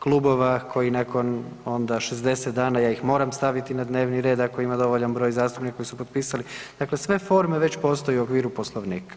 klubova koji nakon onda 60 dana, ja ih moram staviti na dnevni red ako ima dovoljan broj zastupnika koji su potpisali, dakle sve forme već postoje u okviru Poslovnika.